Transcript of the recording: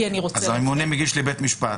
ואז הממונה מגיש לבית המשפט.